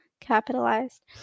capitalized